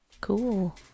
Cool